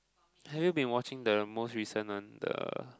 have you been watching the most recent one the